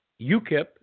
UKIP